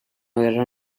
guerra